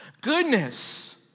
Goodness